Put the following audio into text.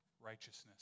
righteousness